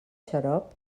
xarop